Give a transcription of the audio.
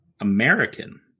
American